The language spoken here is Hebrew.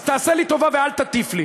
אז תעשה לי טובה ואל תטיף לי,